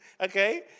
okay